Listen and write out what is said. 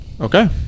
Okay